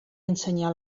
ensenyar